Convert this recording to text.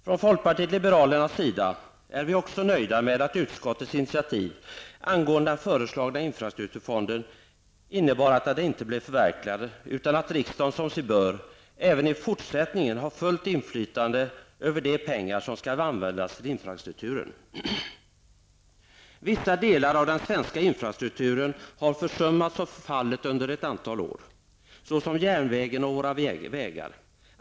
Från folkpartiet liberalernas sida är vi också nöjda med att utskottets initiativ angående den föreslagna infrastrukturfonden innebar att den inte blev förverkligad utan att riksdagen som sig bör även i fortsättningen har fullt inflytande över de pengar som skall användas till infrastrukturen. Vissa delar av den svenska infrastrukturen har försummats och förfallit under ett antal år såsom järnvägen och våra vägar.